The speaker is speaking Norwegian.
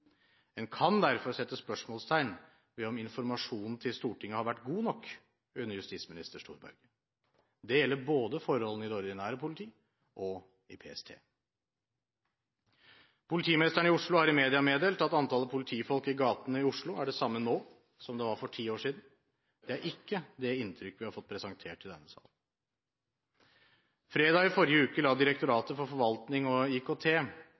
En kan derfor sette spørsmålstegn ved om informasjonen til Stortinget har vært god nok under justisminister Storberget. Det gjelder både forholdene i det ordinære politiet og i PST. Politimesteren i Oslo har i media meddelt at antallet politifolk i gatene i Oslo er det samme nå som det var for ti år siden. Det er ikke det inntrykket vi har fått presentert i denne sal. Fredag i forrige uke la Direktoratet for forvaltning og IKT